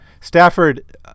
Stafford